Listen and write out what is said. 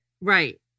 Right